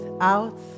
out